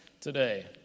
today